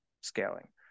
scaling